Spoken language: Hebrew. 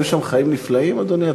היו שם חיים נפלאים, אדוני?